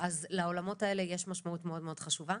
אז לעולמות האלה יש משמעות מאוד מאוד חשובה,